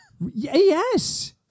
Yes